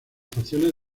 facciones